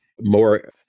more